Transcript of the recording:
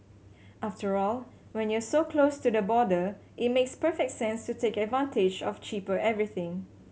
after all when you're so close to the border it makes perfect sense to take advantage of cheaper everything